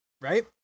Right